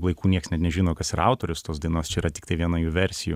laikų nieks net nežino kas yra autorius tos dainos čia yra tiktai viena jų versijų